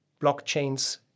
blockchains